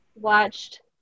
watched